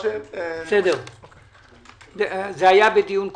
זה היה בדיון קודם.